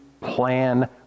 plan